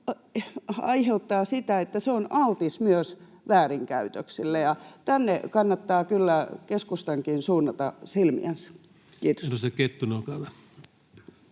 aiheuttaa sitä, että se on altis myös väärinkäytöksille. Tänne kannattaa kyllä keskustankin suunnata silmiänsä. — Kiitos.